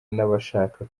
n’abashaka